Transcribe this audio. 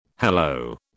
hello